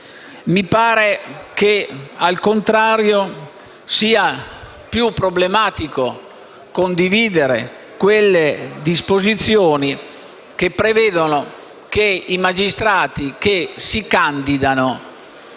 Mi pare che, al contrario, sia più problematico condividere quelle disposizioni che prevedono che i magistrati che si candidano